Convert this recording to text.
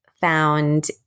found